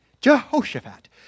Jehoshaphat